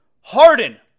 Harden